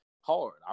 hard